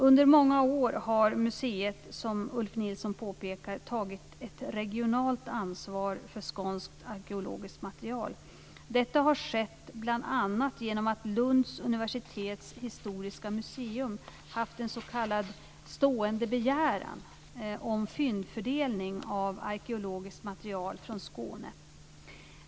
Under många år har museet, som Ulf Nilsson påpekar, tagit ett regionalt ansvar för skånskt arkeologiskt material. Detta har skett bl.a. genom att Lunds universitets historiska museum haft en s.k. stående begäran om fyndfördelning av arkeologiskt material från Skåne.